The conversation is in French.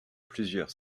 plusieurs